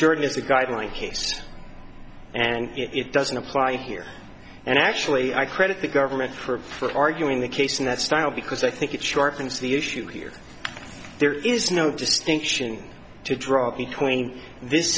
a guideline case and it doesn't apply here and actually i credit the government for arguing the case in that style because i think it sharpens the issue here there is no distinction to draw between this